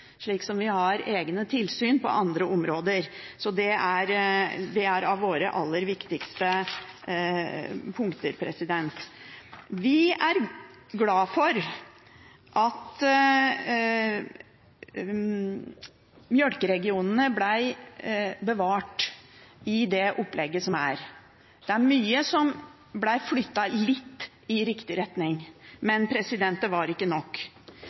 på andre områder. Det er ett av SVs forslag og av våre aller viktigste punkter. Vi er glad for at melkeregionene ble bevart i det opplegget som er. Det er mye som ble flyttet litt i riktig retning, men det var ikke nok.